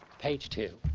page two.